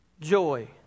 joy